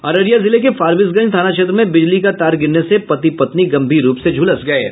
अररिया जिले के फारबिसगंज थाना क्षेत्र में बिजली का तार गिरने से पति पत्नी गम्भीर रूप से झुलस गये